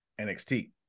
NXT